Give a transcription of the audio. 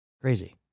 crazy